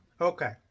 Okay